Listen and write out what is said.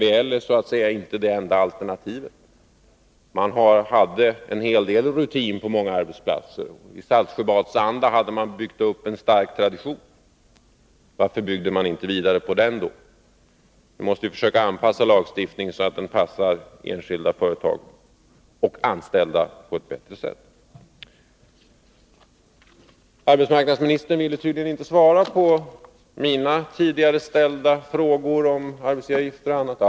I Saltsjö 'badsanda hade man byggt upp en stark tradition kring samarbetstanken. Varför byggde man inte vidare på den? Vi måste bygga vidare och anpassa lagstiftningen så att den passar enskilda företag och anställda på ett bättre sätt. Arbetsmarknadsministern ville tydligen inte svara på mina upprepade frågor om arbetsgivaravgifter etc.